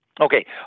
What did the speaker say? Okay